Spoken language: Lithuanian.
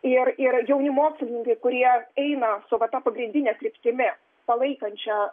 ir yra jauni mokslininkai kurie eina su va ta pagrindine kryptimi palaikančia